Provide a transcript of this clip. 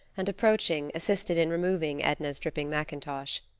and approaching, assisted in removing edna's dripping mackintosh.